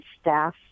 staff